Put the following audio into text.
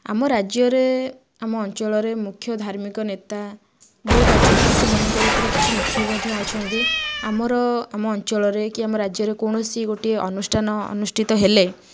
ଆମ ରାଜ୍ୟରେ ଆମ ଅଞ୍ଚଳରେ ମୁଖ୍ୟ ଧାର୍ମିକ ନେତା ବହୁତ ଅଛନ୍ତି ସେମାନଙ୍କ ଭିତରୁ କିଛି ମୁଖ୍ୟ ମଧ୍ୟ ଅଛନ୍ତି ଆମର ଆମ ଅଞ୍ଚଳରେ କି ରାଜ୍ୟରେ କୌଣସି ଗୋଟେ ଅନୁଷ୍ଠାନ ଅନୁଷ୍ଠିତ ହେଲେ